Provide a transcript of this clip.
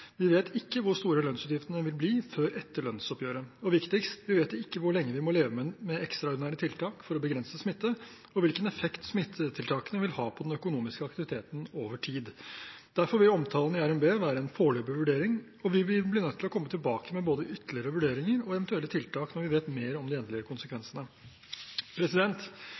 Vi vet ikke hvor store lønnsutgiftene vil bli, før etter lønnsoppgjøret. Og viktigst – vi vet ikke hvor lenge vi må leve med ekstraordinære tiltak for å begrense smitte, og hvilken effekt smittetiltakene vil ha på den økonomiske aktiviteten over tid. Derfor vil omtalen i revidert nasjonalbudsjett være en foreløpig vurdering, og vi vil bli nødt til å komme tilbake med både ytterligere vurderinger og eventuelle tiltak når vi vet mer om de endelige konsekvensene.